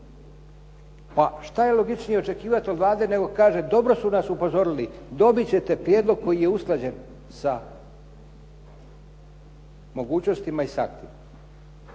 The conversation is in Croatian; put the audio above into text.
pa što je logičnije očekivati od Vlade nego kaže dobro su nas upozorili. Dobit ćete prijedlog koji je usklađen sa mogućnostima i s aktima.